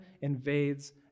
invades